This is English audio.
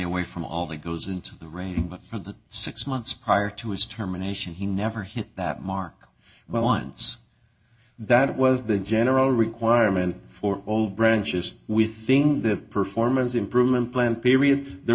away from all that goes into the rain for the six months prior to his terminations he never hit that mark but once that was the general requirement for all branches we think the performance improvement plan period there